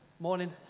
Morning